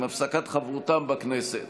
עם הפסקת חברותם בכנסת